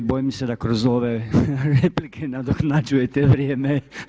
Ali, bojim se da kroz ove replike nadoknađujete vrijeme.